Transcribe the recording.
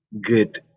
good